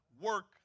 work